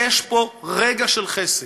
יש פה רגע של חסד,